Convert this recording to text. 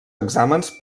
exàmens